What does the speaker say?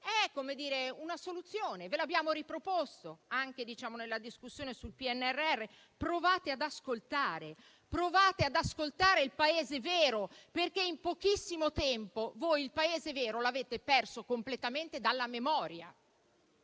Paese, è una soluzione e ve l'abbiamo riproposta anche nella discussione sul PNRR. Provate ad ascoltare. Provate ad ascoltare il Paese vero, perché in pochissimo tempo il Paese vero l'avete rimosso completamente dalla vostra